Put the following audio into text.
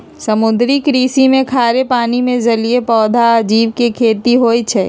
समुद्री कृषि में खारे पानी में जलीय पौधा आ जीव के खेती होई छई